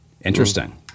Interesting